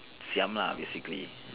lah basically